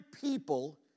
people